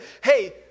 hey